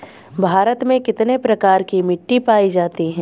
भारत में कितने प्रकार की मिट्टी पाई जाती हैं?